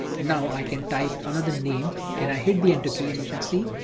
and now i can type another name and i hit the enter key and you can see,